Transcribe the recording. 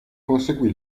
conseguì